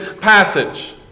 passage